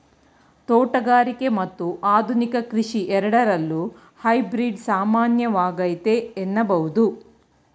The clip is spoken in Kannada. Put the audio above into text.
ತೋಟಗಾರಿಕೆ ಮತ್ತು ಆಧುನಿಕ ಕೃಷಿ ಎರಡರಲ್ಲೂ ಹೈಬ್ರಿಡ್ ಸಾಮಾನ್ಯವಾಗೈತೆ ಎನ್ನಬಹುದು